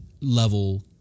level